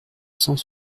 cent